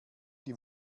die